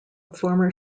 former